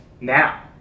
now